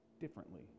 differently